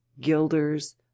gilders